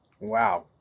Wow